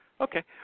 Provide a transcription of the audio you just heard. Okay